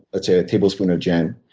let's say a tablespoon of jam.